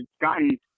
gotten